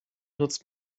nutzt